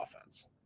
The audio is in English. offense